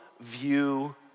view